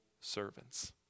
servants